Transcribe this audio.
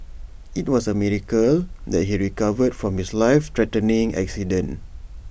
IT was A miracle that he recovered from his life threatening accident